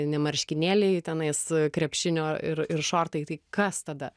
ne marškinėliai tenais krepšinio ir ir šortai tai kas tada